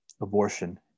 abortion